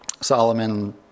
Solomon